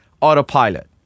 autopilot